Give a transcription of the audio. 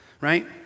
right